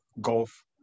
golf